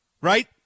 Right